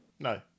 No